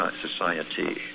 society